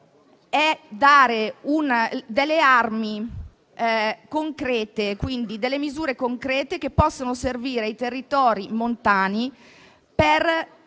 armi e delle misure concrete che possano servire ai territori montani